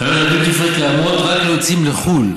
לשאלה מס' 1: חנויות הדיוטי פרי קיימות רק ליוצאים לחו"ל